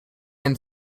and